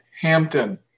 Hampton